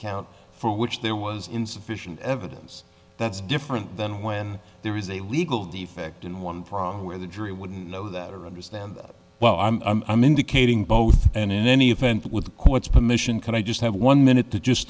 count for which there was insufficient evidence that's different than when there is a legal defect in one problem where the jury wouldn't know that or understand well i'm indicating both and in any event with the court's permission can i just have one minute to just